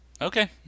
Okay